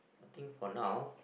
I think for now